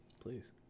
please